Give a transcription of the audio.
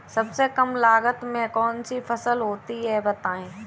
सबसे कम लागत में कौन सी फसल होती है बताएँ?